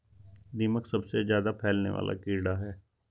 दीमक सबसे ज्यादा फैलने वाला कीड़ा है